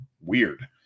Weird